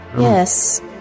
Yes